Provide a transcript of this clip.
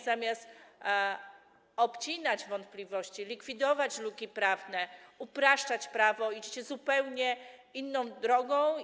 Zamiast obcinać wątpliwości, likwidować luki prawne, upraszczać prawo idziecie zupełnie inną drogą.